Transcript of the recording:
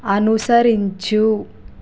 అనుసరించు